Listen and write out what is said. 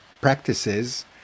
practices